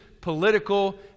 political